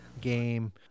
game